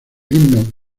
himno